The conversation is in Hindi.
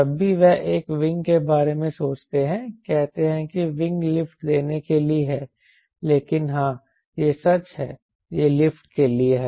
जब भी वह एक विंग के बारे में सोचते हैं कहते हैं कि विंग लिफ्ट देने के लिए है लेकिन हां यह सच है यह लिफ्ट के लिए है